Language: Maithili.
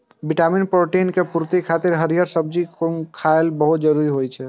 विटामिन, प्रोटीन के पूर्ति खातिर हरियर सब्जी खेनाय बहुत जरूरी होइ छै